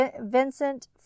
Vincent